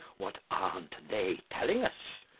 what aren't they telling us?